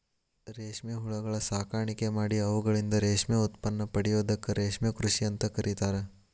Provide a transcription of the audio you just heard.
ರೇಷ್ಮೆ ಹುಳಗಳ ಸಾಕಾಣಿಕೆ ಮಾಡಿ ಅವುಗಳಿಂದ ರೇಷ್ಮೆ ಉತ್ಪನ್ನ ಪಡೆಯೋದಕ್ಕ ರೇಷ್ಮೆ ಕೃಷಿ ಅಂತ ಕರೇತಾರ